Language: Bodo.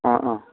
अ अ